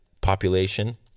population